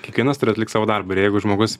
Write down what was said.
kiekvienas turi atlikt savo darbą ir jeigu žmogus